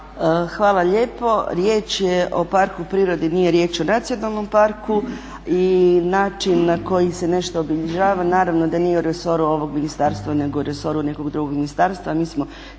Hvala lijepo. Riječ je o parku prirode, nije riječ o nacionalnom parku. I način na koji se nešto obilježava naravno da nije u resoru ovog ministarstva nego u resoru nekog drugog ministarstva.